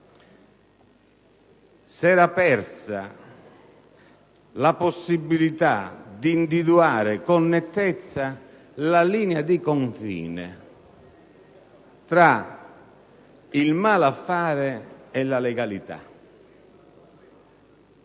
era persa la possibilità di individuare con nettezza la linea di confine tra il malaffare e la legalità.